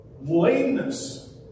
lameness